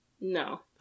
No